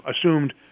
assumed